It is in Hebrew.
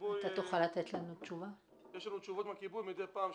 יש לנו תשובות מהכיבוי מדי פעם,